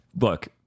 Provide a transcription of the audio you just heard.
Look